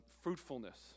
fruitfulness